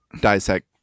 dissect